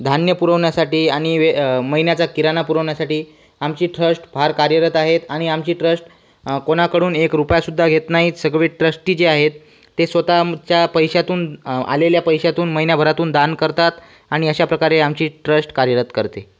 धान्य पुरवण्यासाठी आणि वे महिन्याचा किराणा पुरवण्यासाठी आमची ट्रस्ट फार कार्यरत आहेत आणि आमची ट्रस्ट कोणाकडून एक रुपयासुद्धा घेत नाही सगळं ट्रस्टी जे आहेत ते स्वतःच्या पैश्यातून आलेल्या पैश्यातून महिनाभरातून दान करतात आणि अश्याप्रकारे आमची ट्रस्ट कार्यरत करते